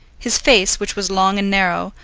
his face, which was long and narrow,